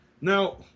Now